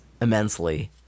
immensely